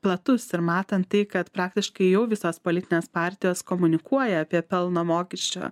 platus ir matant tai kad praktiškai jau visos politinės partijos komunikuoja apie pelno mokesčio